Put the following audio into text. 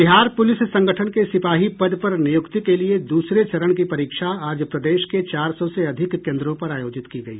Bihar police संगठन के सिपाही पद पर नियुक्ति के लिए दूसरे चरण की परीक्षा आज प्रदेश के चार सौ से अधिक केंद्रों पर आयोजित की गई